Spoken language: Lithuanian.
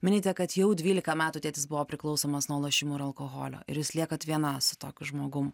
minite kad jau dvylika metų tėtis buvo priklausomas nuo lošimų ir alkoholio ir jūs liekat vienas su tokiu žmogum